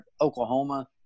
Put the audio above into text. oklahoma